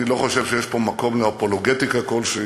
אני לא חושב שיש פה מקום לאפולוגטיקה כלשהי,